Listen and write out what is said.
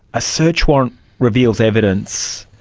a search warrant reveals evidence,